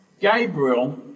Gabriel